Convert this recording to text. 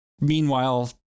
meanwhile